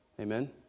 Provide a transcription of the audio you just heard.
Amen